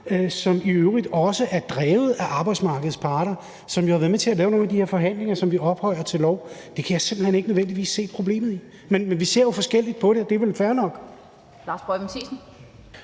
som i øvrigt også er drevet af arbejdsmarkedets parter, som i nogle af de her forhandlinger jo har været med til at lave det, som vi ophøjer til lov. Det kan jeg simpelt hen ikke nødvendigvis se problemet i. Men vi ser jo forskelligt på det, og det er vel fair nok. Kl. 17:47 Den